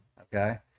okay